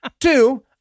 Two